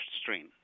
strain